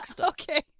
Okay